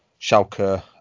Schalke